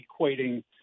equating